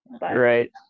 Right